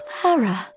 Clara